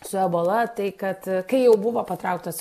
su ebola tai kad kai jau buvo patrauktas